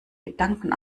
gedanken